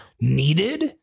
needed